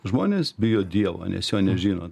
žmonės bijo dievo nes jo nežino